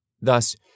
Thus